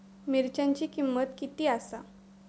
मिरच्यांची किंमत किती आसा?